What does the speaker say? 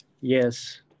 Yes